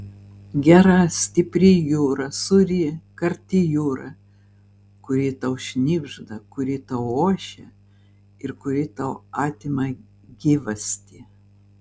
gera stipri jūra sūri karti jūra kuri tau šnibžda kuri tau ošia ir kuri tau atima gyvastį